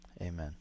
Amen